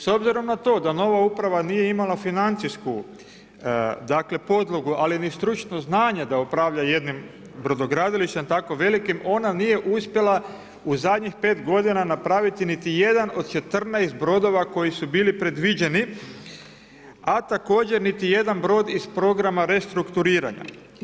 S obzirom na to da nova uprava nije imala financijsku, dakle podlogu, ali ni stručno znanje da upravlja jednim brodogradilištem tako velikim ona nije uspjela u zadnjih pet godina napraviti niti jedan od 14 brodova koji su bili predviđeni, a također niti jedan brod iz programa restrukturiranja.